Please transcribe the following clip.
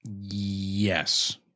Yes